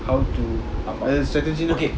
how to strategy